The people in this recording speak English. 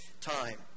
time